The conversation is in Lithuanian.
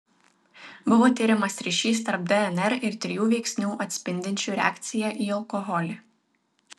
buvo tiriamas ryšys tarp dnr ir trijų veiksnių atspindinčių reakciją į alkoholį